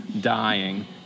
dying